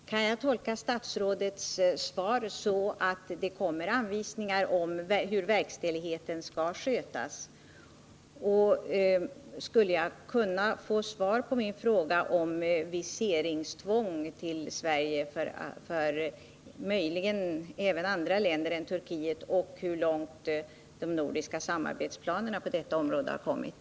Herr talman! Kan jag tolka statsrådets svar så att det kommer anvisningar om hur verkställigheten skall skötas? Och skulle jag kunna få svar på min fråga om viseringstvång vid inresa till Sverige även för medborgare i andra länder än Turkiet samt hur långt de nordiska samarbetsplanerna på detta område har kommit?